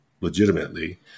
legitimately